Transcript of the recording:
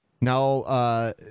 Now